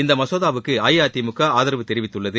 இந்த மசோதாவுக்கு அஇஅதிமுக ஆதரவு தெரிவித்துள்ளது